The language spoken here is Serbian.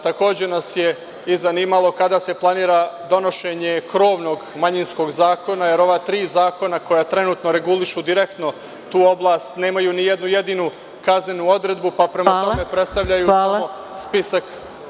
Takođe nas je i zanimalo kada se planira donošenje krovnog manjinskog zakona, jer ova tri zakona koja trenutno regulišu direktno tu oblast nemaju ni jednu jedinu kaznenu odredbu, pa predstavljaju spisak…